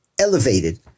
elevated